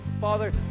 Father